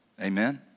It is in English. Amen